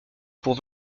pour